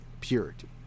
purity